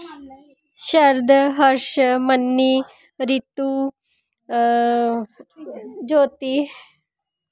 Sharad Harsh Manni Ritu Jyoti